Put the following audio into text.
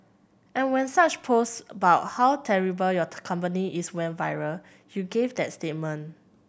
and when such post bout how terrible your company is went viral you gave that statement